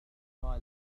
قال